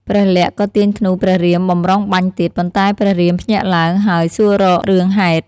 ព្រះលក្សណ៍ ក៏ទាញធ្នូព្រះរាមបម្រុងបាញ់ទៀត ប៉ុន្តែព្រះរាមភ្ញាក់ឡើង ហើយសួររករឿងហេតុ។